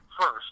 First